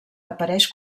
apareix